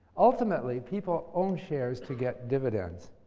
ultimately, people own shares to get dividends.